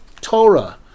Torah